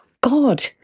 God